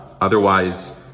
otherwise